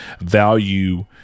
value